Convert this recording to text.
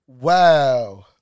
Wow